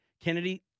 Kennedy